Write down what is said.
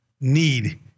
need